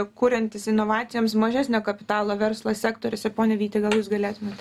kuriantis inovacijoms mažesnio kapitalo verslo sektoriuose pone vyti gal jūs galėtumėt